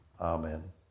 Amen